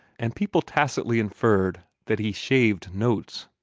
and people tacitly inferred that he shaved notes.